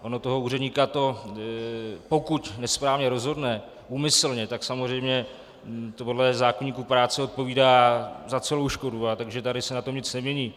Ono toho úředníka, pokud nesprávně rozhodne úmyslně, tak samozřejmě podle zákoníku práce odpovídá za celou škodu, takže tady se na tom nic nemění.